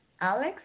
alex